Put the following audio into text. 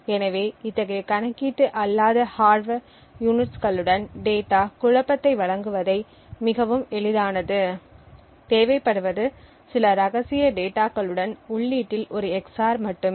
எனவே இத்தகைய கணக்கீட்டு அல்லாத ஹார்ட்வர் யூனிட்ஸ்களுடன் டேட்டா குழப்பத்தை வழங்குவது மிகவும் எளிதானது தேவைப்படுவது சில ரகசிய டேட்டாகளுடன் உள்ளீட்டில் ஒரு EX OR மட்டுமே